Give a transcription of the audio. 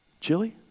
Chili